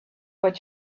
what